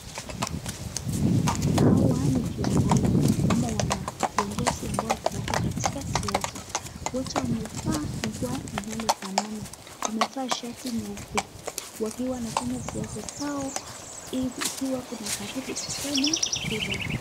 Hawa ni viongozi ama wanaviongozi ambao wako katika siasa. Wote wamevaa nguo inayofanana. Wamevaa shati nyeupe wakiwa wanafanya siasa zao ikiwa kuna karibu kufanya kura.